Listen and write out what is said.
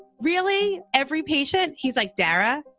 really? every patient. he's like, dara,